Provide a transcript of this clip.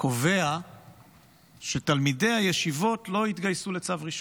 קובע שתלמידי הישיבות לא יתגייסו בצו ראשון,